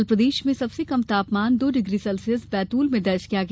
कल प्रदेश में सबसे कम तापमान दो डिग्री सेल्सियस बैतूल में दर्ज किया गया